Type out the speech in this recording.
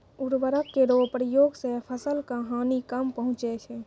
उर्वरक केरो प्रयोग सें फसल क हानि कम पहुँचै छै